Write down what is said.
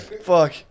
fuck